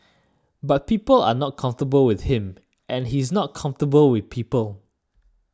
but people are not comfortable with him and he's not comfortable with people